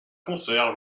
concerts